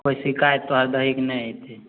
कोइ शिकायत तोहर दहीके नहि एतै